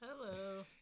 Hello